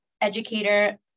educator